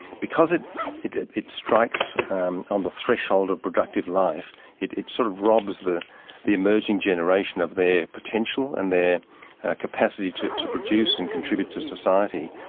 because it it it strikes on the threshold of productive life it it sort of robs the the emerging generation of their potential and their capacity to to produce and contribute to society.